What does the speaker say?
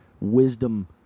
wisdom